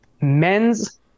men's